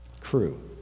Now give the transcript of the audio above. crew